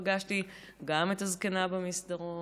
פגשתי גם את הזקנה במסדרון,